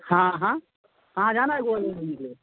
हाँ हाँ कहाँ जाना है ग्वालियर